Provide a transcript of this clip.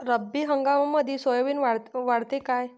रब्बी हंगामामंदी सोयाबीन वाढते काय?